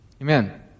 Amen